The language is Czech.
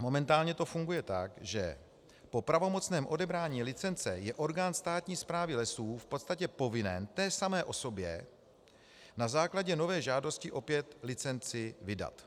Momentálně to funguje tak, že po pravomocném odebrání licence je orgán státní správy lesů v podstatě povinen té samé osobě na základě nové žádosti opět licenci vydat.